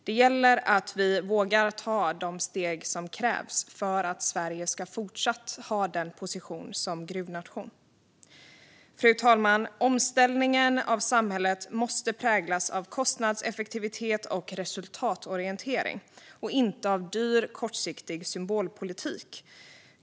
Det gäller att vi vågar ta de steg som krävs för att Sverige ska fortsätta att inneha en position som gruvnation. Fru talman! Omställningen av samhället måste präglas av kostnadseffektivitet och resultatorientering, inte av dyr, kortsiktig symbolpolitik.